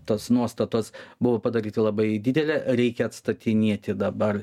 tos nuostatos buvo padaryta labai didelė reikia atstatinėti dabar